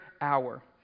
hour